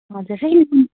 जसै पनि